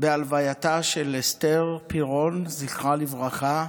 בהלווייתה של אסתר פירון, זכרה לברכה,